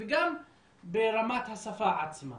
וגם ברמת השפה עצמה.